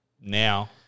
now